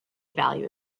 value